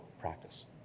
practice